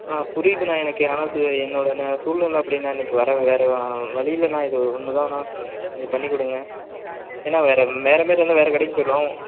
அண்ணா புரியுது நான் எனக்கு ஆனால் என்னோடய அ சூழ்நில அப்படிண்ணா இன்றைக்கு வர வேறு வழி இல்லைண்ணா இது ஒன்று தான்ண்ணா கொஞ்சம் பண்ணிக்கொடுங்க ஏன்னால் வேறு வேறு மாதிரி இருந்தால் வேறு கடைக்கு போயிடலாம்